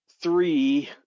three